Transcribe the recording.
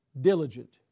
diligent